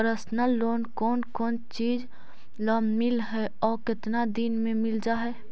Personal loan कोन कोन चिज ल मिल है और केतना दिन में मिल जा है?